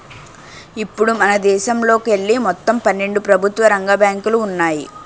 ఇప్పుడు మనదేశంలోకెళ్ళి మొత్తం పన్నెండు ప్రభుత్వ రంగ బ్యాంకులు ఉన్నాయి